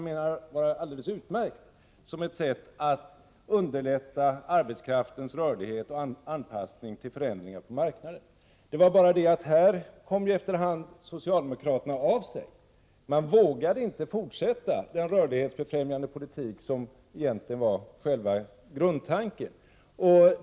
Den var alldeles utmärkt som ett sätt att underlätta arbetskraftens rörlighet och anpassning till förändringar på marknaden. Det var bara det att socialdemokraterna efter hand kom av sig: de vågade inte fortsätta den rörlighetsbefrämjande politik som egentligen var själva grundtanken.